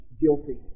guilty